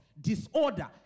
disorder